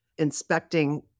Inspecting